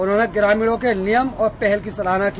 उन्होंने ग्रामीणों के नियम और पहल की सराहना की